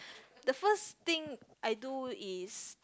the first I do is